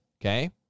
okay